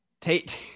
Tate